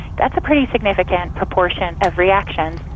that's a pretty significant proportion of reactions.